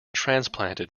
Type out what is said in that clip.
transplanted